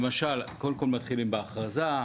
למשל, קודם כול מתחילים בהכרזה: